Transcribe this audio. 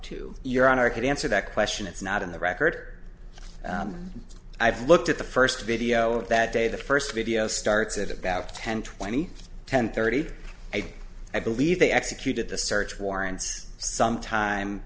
to your honor could answer that question it's not in the record i've looked at the first video of that day the first video starts at about ten twenty ten thirty eight i believe they executed the search warrants some time